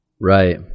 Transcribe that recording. Right